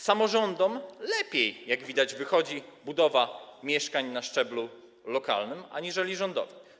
Samorządom lepiej, jak widać, wychodzi budowa mieszkań na szczeblu lokalnym aniżeli rządowi.